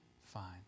fine